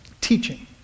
teaching